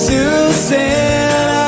Susan